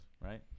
right